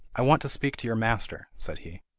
i want to speak to your master said he.